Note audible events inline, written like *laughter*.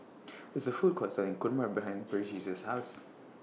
*noise* There IS A Food Court Selling Kurma behind Burgess' House